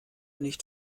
nicht